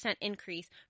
increase